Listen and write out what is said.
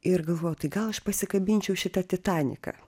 ir galvojau tai gal aš pasikabinčiau šitą titaniką